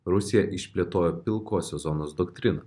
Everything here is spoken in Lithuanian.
rusija išplėtojo pilkosios zonos doktriną